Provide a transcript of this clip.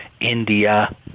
India